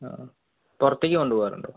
ആ പുറത്തേക്ക് കൊണ്ട് പോകാറുണ്ടോ